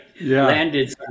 landed